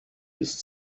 ist